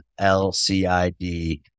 LCID